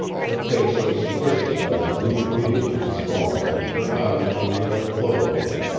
her face was twisted by the brutal beating of the storm, and her eyes were nearly closed.